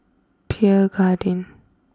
Pierre Cardin